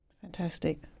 Fantastic